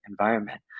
environment